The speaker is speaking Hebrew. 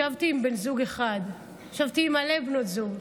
ישבתי עם בן זוג אחד, ישבתי עם מלא בנות זוג,